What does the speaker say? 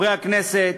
חברי הכנסת,